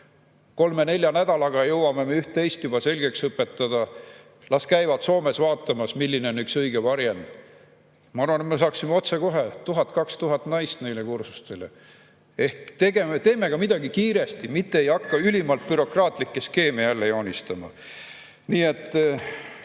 kolm-nelja nädalaga jõuame me üht-teist selgeks õpetada. Las käivad Soomes vaatamas, milline on üks õige varjend. Ma arvan, et me saaksime otsekohe 1000–2000 naist neile kursustele. Ehk teeme ka midagi kiiresti, mitte ei hakka ülimalt bürokraatlikke skeeme joonistama! Me